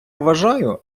вважаю